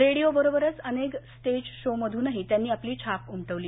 radio बरोबरच अनेक stage shows मधूनही त्यांनी आपली छाप उमटवली